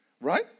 Right